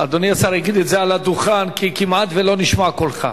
יגיד את זה על הדוכן כי כמעט שלא נשמע קולך.